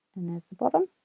and there's the bottom